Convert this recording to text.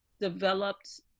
developed